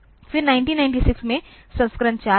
फिर 1996 में संस्करण 4 आया